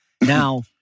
Now